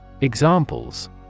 Examples